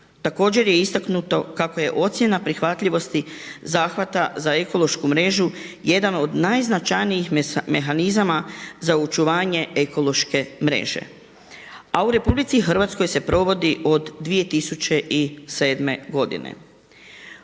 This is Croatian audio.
Također je istaknuto kako je ocjena prihvatljivosti zahvata za ekološku mrežu jedan od najznačajnijih mehanizama za očuvanje ekološke mreže a u RH se provodi od 2007. godine.